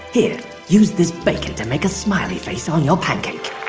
here use this bacon to make a smiley face on your pancake